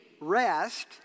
rest